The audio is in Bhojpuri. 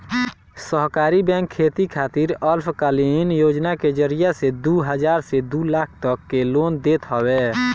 सहकारी बैंक खेती खातिर अल्पकालीन योजना के जरिया से दू हजार से दू लाख तक के लोन देत हवे